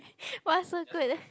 !wah! so good